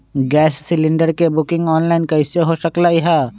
Gas cylinder के booking online कईसे हो सकलई ह?